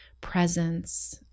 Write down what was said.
presence